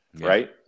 right